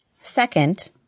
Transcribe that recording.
Second